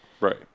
Right